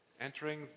entering